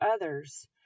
others